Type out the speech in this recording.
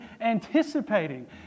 anticipating